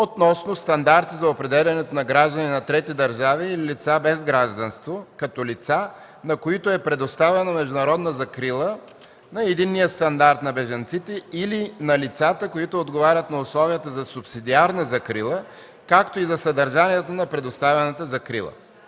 относно стандарти за определяне на граждани на трети държави или лица без гражданство като лица, на които е предоставена международна закрила, на единния стандарт на бежанците или на лицата, които отговарят на условията за субсидиарна закрила, както и за съдържанието на предоставената закрила.